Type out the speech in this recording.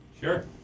Sure